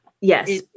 yes